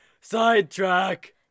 sidetrack